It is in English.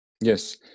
Yes